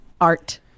art